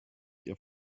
ihr